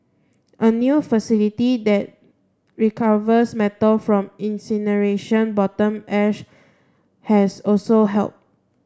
a new facility that recovers metal from incineration bottom ash has also helped